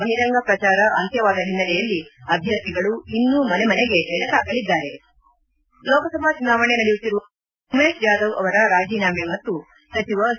ಬಹಿರಂಗ ಪ್ರಚಾರ ಅಂತ್ಯವಾದ ಹಿನ್ನಲೆಯಲ್ಲಿ ಅಭ್ಯರ್ಥಿಗಳು ಇನ್ನೂ ಮನೆ ಮನೆಗೆ ಎಡತಾಕಲಿದ್ದಾರೆ ಲೋಕಸಭಾ ಚುನಾವಣೆ ನಡೆಯುತ್ತಿರುವ ಸನ್ನಿವೇಶದಲ್ಲೇ ಉಮೇಶ್ ಜಾಧವ್ ಅವರ ರಾಜೀನಾಮೆ ಮತ್ತು ಸಚಿವ ಸಿ